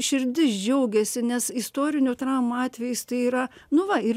širdis džiaugiasi nes istorinių traumų atvejais tai yra nu va ir